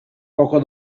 poco